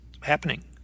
happening